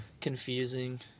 confusing